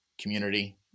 community